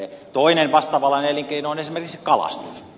toinen vastaavanlainen elinkeino on esimerkiksi kalastus